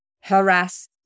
harass